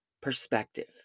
perspective